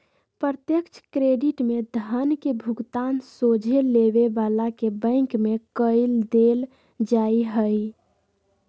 प्रत्यक्ष क्रेडिट में धन के भुगतान सोझे लेबे बला के बैंक में कऽ देल जाइ छइ